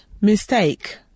mistake